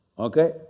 Okay